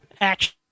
action